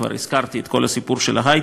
כבר הזכרתי את כל הסיפור של ההיי-טק.